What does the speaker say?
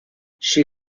she